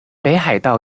北海道